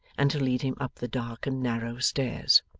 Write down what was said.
and to lead him up the dark and narrow stairs.